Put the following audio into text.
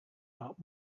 not